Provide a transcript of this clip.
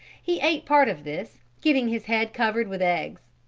he ate part of this, getting his head covered with eggs.